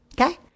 Okay